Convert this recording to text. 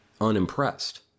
unimpressed